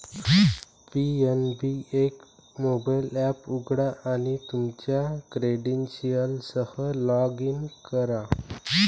PNB एक mobile app उघडा आणि तुमच्या क्रेडेन्शियल्ससह लॉग इन करा